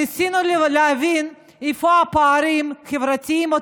ניסינו להבין איפה הפערים החברתיים או